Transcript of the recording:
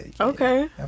Okay